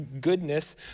goodness